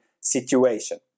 situation